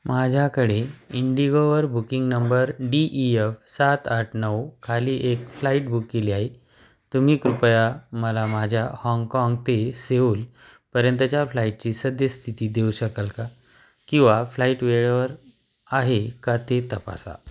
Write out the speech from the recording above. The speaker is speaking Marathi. माझ्याकडे इंडिगोवर booking number D E F सात आठ नऊ खाली एक फ्लाईट बुक केली आहे तुम्ही कृपया मला माझ्या हाँगकाँग ते सेऊल पर्यंतच्या फ्लाईटची सद्यस्थिती देऊ शकाल का किंवा फ्लाईट वेळेवर आहे का ते तपासा